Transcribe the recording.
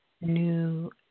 new